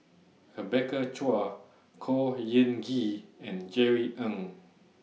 Rebecca Chua Khor Ean Ghee and Jerry Ng